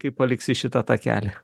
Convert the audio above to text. kai paliksi šitą takelį